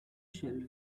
shelf